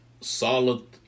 solid